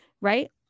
right